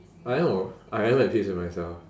I know I am at peace with myself